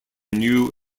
new